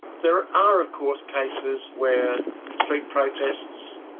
there are of course cases where street protests,